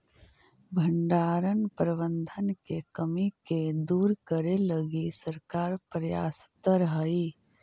भण्डारण प्रबंधन के कमी के दूर करे लगी सरकार प्रयासतर हइ